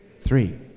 Three